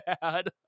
bad